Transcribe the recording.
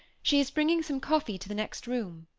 she is bringing some coffee to the next room.